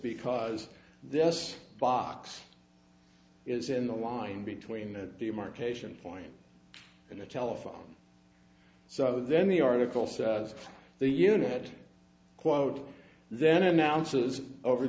because this box is in the line between the demarcation point and the telephone so then the article says the unit quote